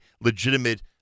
legitimate